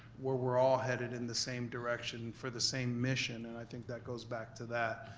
where we're all headed in the same direction for the same mission, and i think that goes back to that.